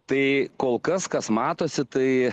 tai kol kas kas matosi tai